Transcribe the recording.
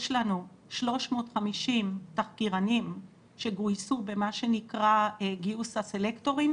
יש לנו 350 תחקירנים שגויסו במה שנקרא גיוס הסלקטורים,